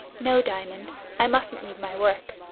no, diamond i mustn't leave my work.